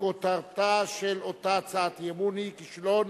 כשכותרתה של אותה הצעת אי-אמון היא: כישלון